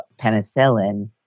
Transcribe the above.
penicillin